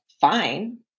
fine